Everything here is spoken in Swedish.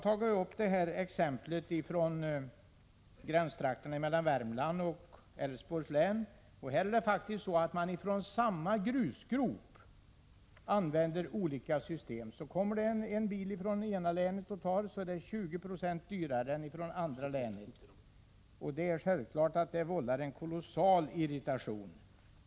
Mitt exempel är från gränstrakterna mellan Värmlands och Älvsborgs län. Där är det faktiskt så att olika principer gäller för samma grusgrop. Kommer det en bil från det ena länet och tar grus, är det 20 96 dyrare än för den som kommer från det andra länet. Det är självklart att detta vållar en kolossal irritation.